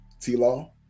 T-Law